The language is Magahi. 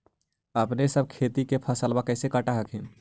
अपने सब खेती के फसलबा कैसे काट हखिन?